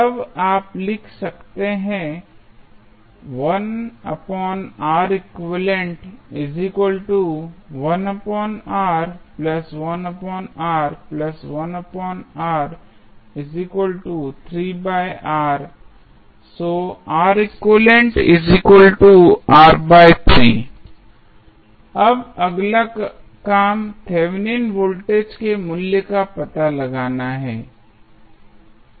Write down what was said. तब आप लिख सकते हैं अब अगला काम थेवेनिन वोल्टेज के मूल्य का पता लगाना है